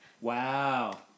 Wow